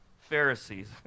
Pharisees